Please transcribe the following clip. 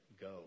go